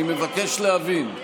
אני מבקש להבין.